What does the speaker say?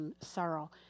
sorrow